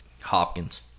Hopkins